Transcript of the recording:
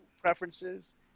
preferences